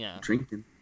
drinking